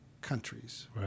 Countries